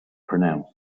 pronounce